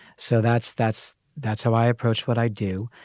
so that's that's that's how i approach what i do.